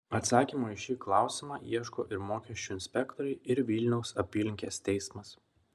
atsakymo į šį klausią ieško ir mokesčių inspektoriai ir vilniaus apylinkės teismas